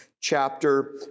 chapter